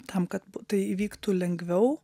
tam kad tai įvyktų lengviau